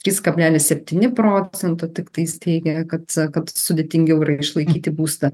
trys kablelis septyni procento tiktais teigia kad kad sudėtingiau yra išlaikyti būstą